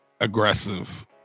aggressive